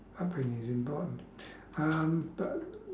I think it's important um but